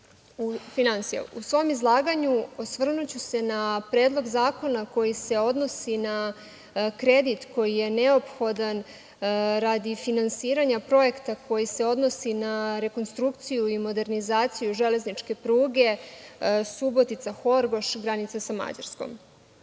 U svom izlaganju, osvrnuću se na Predlog zakona koji se odnosi na kredit koji je neophodan radi finansiranja projekta koji se odnosi na rekonstrukciju i modernizaciju železničke pruge Subotica-Horgoš, granica sa Mađarskom.U